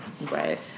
Right